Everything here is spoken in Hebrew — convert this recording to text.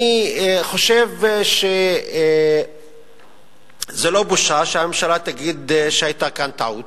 אני חושב שזו לא בושה שהממשלה תגיד שהיתה כאן טעות.